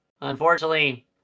unfortunately